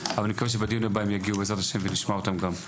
אני מקווה שנשמע אתכם בדיון הבא.